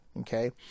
Okay